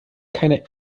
keiner